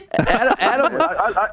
Adam